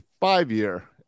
five-year